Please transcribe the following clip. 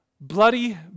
bloody